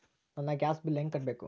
ನನ್ನ gas bill ಹೆಂಗ ಕಟ್ಟಬೇಕು?